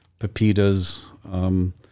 pepitas